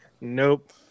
Nope